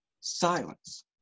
silence